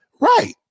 right